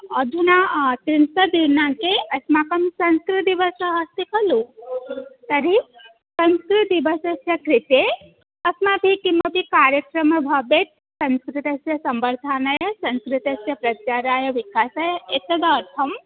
अधुना त्रिंशत् दिनाङ्के अस्माकं संस्कृतदिवसः अस्ति खलु तर्हि संस्कृतदिवसस्य कृते अस्माभिः किमपि कार्यक्रमः भवेत् संस्कृतस्य संवर्धानय संस्कृतस्य प्रचाराय विकासाय एतदर्थं